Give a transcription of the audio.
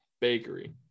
Bakery